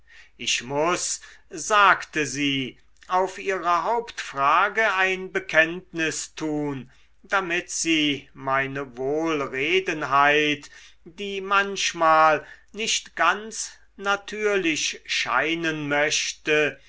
ich muß sagte sie auf ihre hauptfrage ein bekenntnis tun damit sie meine wohlredenheit die manchmal nicht ganz natürlich scheinen möchte